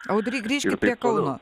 audry grįžkit prie kauno